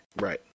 Right